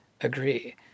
agree